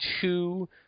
two